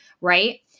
right